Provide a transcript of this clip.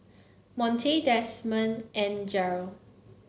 Monte Demond and Jeryl